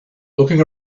looking